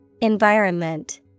Environment